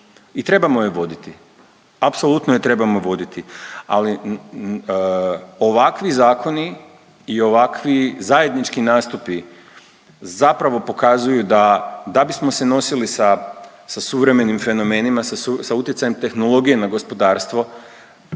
i trebamo ju voditi, apsolutno je trebamo voditi, ali ovakvi zakoni i ovakvi zajednički nastupi zapravo pokazuju da, da bismo se nosili sa suvremenim fenomenima, sa utjecajem tehnologije na gospodarstvo,